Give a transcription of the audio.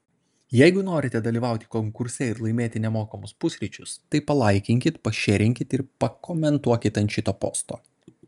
jeigu norite dalyvauti konkurse ir laimėti nemokamus pusryčius tai palaikinkit pašėrinkit ir pakomentuokit ant šito posto